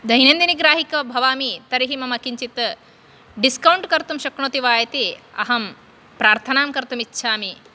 दैनन्दनीग्राहिका भवामि तर्हि मम किञ्चित् डिस्कौण्ट् कर्तुं शक्नोति इति अहं प्रार्थनां कर्तुं इच्छामि